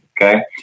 Okay